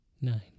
Nine